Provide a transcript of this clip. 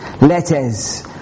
letters